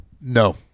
No